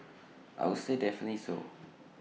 I would say definitely so